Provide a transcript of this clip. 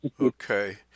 Okay